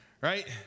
Right